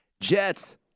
Jets